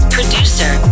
Producer